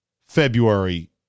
February